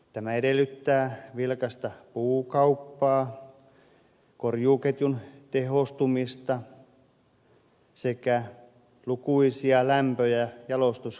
tämä edellyttää vilkasta puukauppaa korjuuketjun tehostumista sekä lukuisia lämpö ja jalostuslaitoksia